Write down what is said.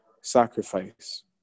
sacrifice